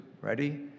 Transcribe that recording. ready